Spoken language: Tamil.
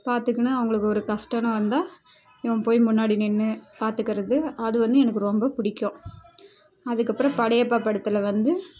பார்த்துக்குனு அவங்களுக்கு ஒரு கஷ்டோன்னு வந்தால் இவன் போய் முன்னாடி நின்று பார்த்துக்கறது அது வந்து எனக்கு ரொம்ப பிடிக்கு அதுக்கப்புறம் படையப்பா படத்தில் வந்து